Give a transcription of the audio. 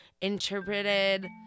interpreted